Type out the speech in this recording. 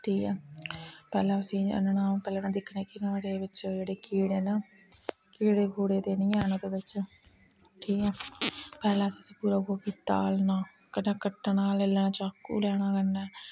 ठीक ऐ पैह्लें उसी आह्नना पैह्लें दिक्खने कि नोहाड़े बिच्च जेह्ड़े कीड़े न कीड़े कूड़े ते निं हैन ओह्दे बिच्च ठीक ऐ पैह्लें असें उसी पूरा गोभी तालना कन्नै कट्टना लेई लैना चाकू लेई लैना कन्नै